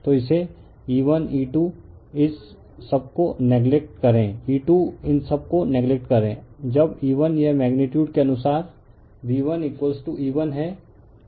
तो इसे E1E2 इस सब को नेगलेक्ट करें E2 इन सब को नेगलेक्ट करें जब E1 यह मेगनीटयूड के अनुसार V1E1 है